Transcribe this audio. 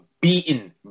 beaten